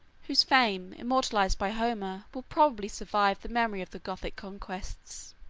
whose fame, immortalized by homer, will probably survive the memory of the gothic conquests.